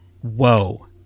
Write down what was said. whoa